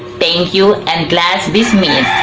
thank you and class dismiss.